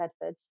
Bedford